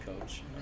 coach